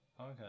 Okay